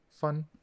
fun